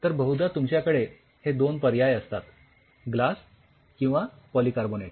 तर बहुदा तुमच्याकडे हे दोन पर्याय असतात ग्लास किंवा पॉलीकार्बोनेट